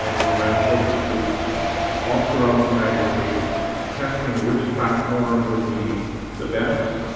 and we ran focus groups all throughout the united states testing which platform would be the best.